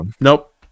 nope